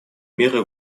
меры